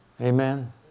Amen